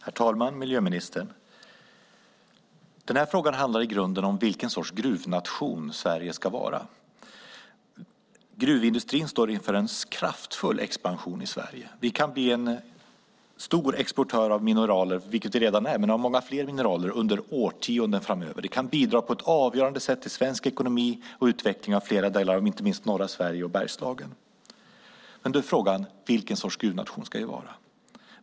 Herr talman! Den här frågan handlar i grunden om vilken sorts gruvnation Sverige ska vara, miljöministern. Gruvindustrin står inför en kraftfull expansion i Sverige. Vi kan bli en stor exportör av många fler mineraler än vi redan är under årtionden framöver. Det kan bidra på ett avgörande sätt till svensk ekonomi och utveckling av flera delar av landet, inte minst i norra Sverige och i Bergslagen. Då är frågan: Vilken sorts gruvnation ska vi vara?